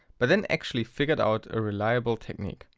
but then actually figured out a reliable technique.